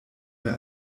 wir